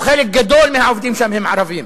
או חלק גדול מהעובדים שם, הם ערבים.